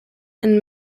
and